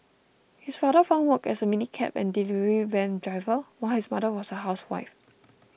his father found work as a minicab and delivery van driver while his mother was a housewife